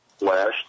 last